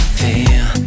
feel